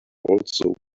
also